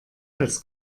als